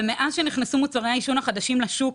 מאז שנכנסנו מוצרי העישון החדשים לשוק,